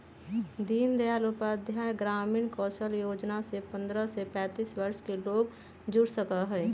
दीन दयाल उपाध्याय ग्रामीण कौशल योजना से पंद्रह से पैतींस वर्ष के लोग जुड़ सका हई